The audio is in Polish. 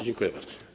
Dziękuję bardzo.